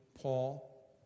Paul